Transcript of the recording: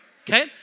Okay